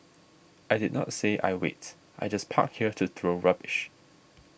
I did not say I wait I just park here to throw rubbish